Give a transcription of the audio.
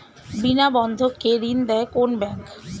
বিনা বন্ধক কে ঋণ দেয় কোন ব্যাংক?